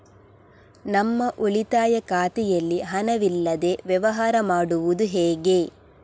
ನಮ್ಮ ಉಳಿತಾಯ ಖಾತೆಯಲ್ಲಿ ಹಣವಿಲ್ಲದೇ ವ್ಯವಹಾರ ಮಾಡುವುದು ಹೇಗೆ?